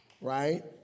Right